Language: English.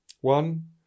One